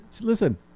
Listen